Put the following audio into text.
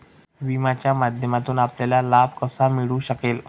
विम्याच्या माध्यमातून आपल्याला लाभ कसा मिळू शकेल?